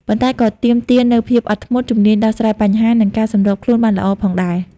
ប៉ុន្តែក៏ទាមទារនូវភាពអត់ធ្មត់ ជំនាញដោះស្រាយបញ្ហា និងការសម្របខ្លួនបានល្អផងដែរ។